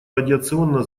радиационно